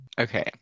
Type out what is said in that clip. Okay